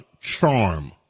charm